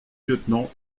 lieutenant